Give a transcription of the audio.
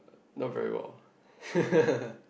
not very well